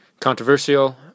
controversial